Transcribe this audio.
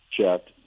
checked